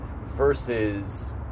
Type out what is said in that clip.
versus